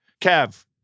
Kev